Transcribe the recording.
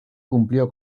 cumplió